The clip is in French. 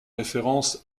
référence